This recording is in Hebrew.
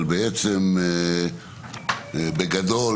אבל בגדול,